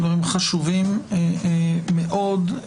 דברים חשובים מאוד.